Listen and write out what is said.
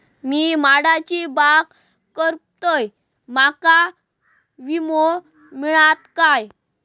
मी माडाची बाग करतंय माका विमो मिळात काय?